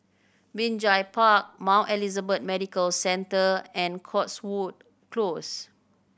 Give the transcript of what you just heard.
Binjai Park Mount Elizabeth Medical Centre and Cotswold Close